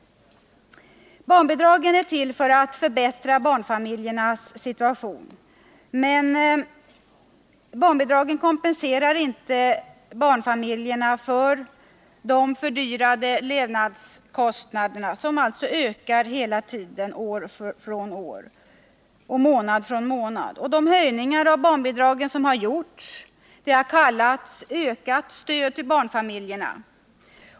Barnbidragen är till för att förbättra barnfamiljernas situation, men barnbidragen kompenserar inte barnfamiljerna för de höjda levnadskostnaderna som ökar månad för månad och år för år. De höjningar av barnbidragen som har gjorts har kallats ”ökat stöd till barnfamiljerna”.